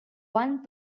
one